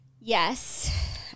Yes